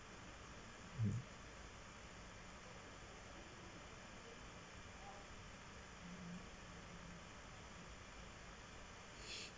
hmm